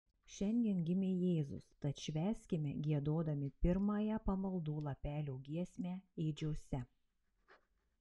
šiandien gimė jėzus tad švęskime giedodami pirmąją pamaldų lapelio giesmę ėdžiose